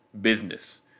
business